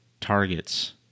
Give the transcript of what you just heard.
targets